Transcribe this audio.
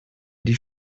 die